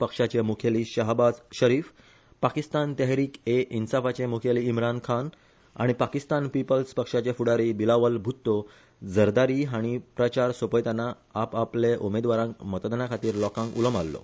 पक्षाचे मुखेली शाहाबाज शरीफ पाकिस्तान तेहरीक ए इन्साफाचे मुखेली इमरान खान आनी पाकिस्तान पिपल्स पक्षाचे फुडारी बिलावल भुत्तो झरदारी हाणी प्रचार सोपयतना आपआपले उमेदवारांक मतदानाखातीर लोकांक उलो मारलो